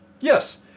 Yes